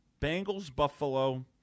Bengals-Buffalo